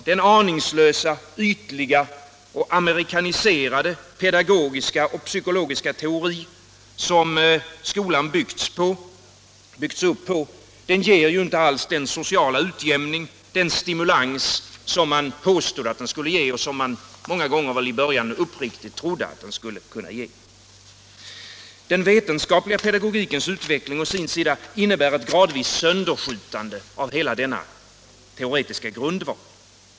Den aningslösa, ytliga och amerikaniserade pedagogiska och psykologiska teori som skolan byggts upp på ger inte alls den sociala utjämning eller den stimulans som man påstod att den skulle ge och som man många gånger i början uppriktigt trodde att den skulle ge. Den vetenskapliga pedagogikens utveckling å sin sida innebär ett gradvis sönderskjutande av hela denna teoretiska grundval.